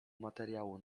materiału